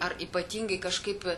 ar ypatingai kažkaip